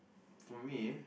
for me